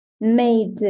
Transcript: made